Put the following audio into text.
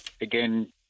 again